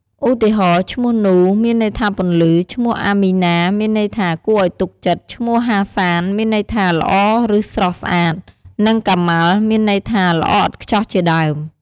ឧទាហរណ៍ ឈ្មោះ នូ មានន័យថាពន្លឺ, ឈ្មោះ អាមីណា មានន័យថាគួរឱ្យទុកចិត្ត, ឈ្មោះហាសាន មានន័យថាល្អឬស្រស់ស្អាត, និងកាម៉ាល់ មានន័យថាល្អឥតខ្ចោះជាដើម។